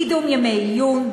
קידום ימי עיון,